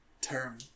term